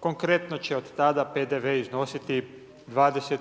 konkretno će od tada PDV iznositi 24%.